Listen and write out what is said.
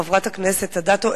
חברת הכנסת אדטו,